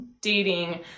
dating